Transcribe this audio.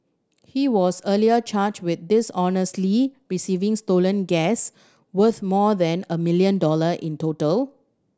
he was earlier charged with dishonestly receiving stolen gas worth more than a million dollar in total